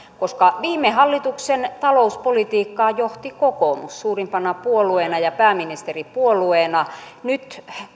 koska viime hallituksen talouspolitiikkaa johti kokoomus suurimpana puolueena ja pääministeripuolueena nyt